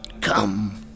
Come